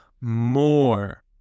more